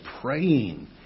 praying